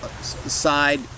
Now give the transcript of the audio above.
side